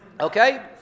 Okay